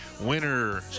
Winner